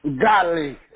Godly